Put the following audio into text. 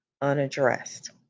unaddressed